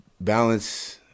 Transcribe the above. balance